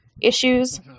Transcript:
issues